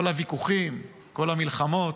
כל הוויכוחים, כל המלחמות,